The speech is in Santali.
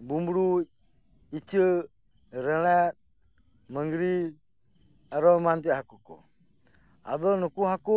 ᱵᱩᱢᱲᱩᱡ ᱤᱪᱟᱹᱜ ᱨᱮᱲᱮᱫ ᱢᱟᱸᱜᱽᱨᱤ ᱟᱨᱚ ᱮᱢᱟᱱ ᱛᱮᱭᱟᱜ ᱦᱟᱠᱩ ᱠᱚ ᱟᱫᱚ ᱱᱩᱠᱩ ᱦᱟᱠᱩ